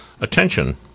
attention